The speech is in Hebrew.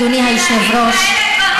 אדוני היושב-ראש,